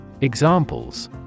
Examples